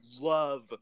love –